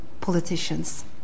politicians